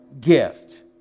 gift